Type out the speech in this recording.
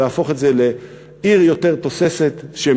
כדי להפוך אותה לעיר תוססת יותר,